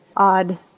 odd